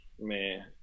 man